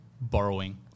borrowing